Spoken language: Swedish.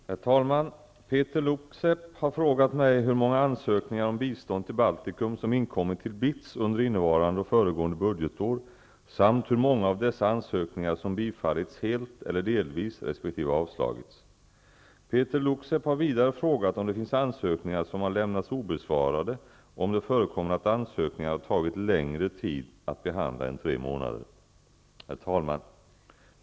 Herr talman! Peeter Luksep har frågat mig hur många ansökningar om bistånd till Baltikum som inkommit till BITS under innevarande och föregående budgetår samt hur många av dessa ansökningar som bifallits helt eller delvis resp. avslagits. Peeter Luksep har vidare frågat om det finns ansökningar som har lämnats obesvarade och om det förekommer att ansökningar har tagit längre tid att behandla än tre månader. Herr talman!